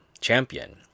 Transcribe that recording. champion